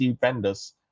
vendors